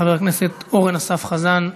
חבר הכנסת אורן אסף חזן,